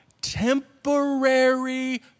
temporary